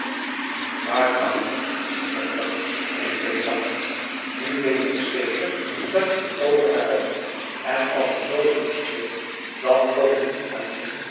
aandoening waarachtig si bengkok riep bake lachend nu weet ik zeker augusta de wit orpheus in de dessa dat je een toovenaar bent en als je zoo zoet speelt dan komen niet alleen